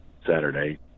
Saturday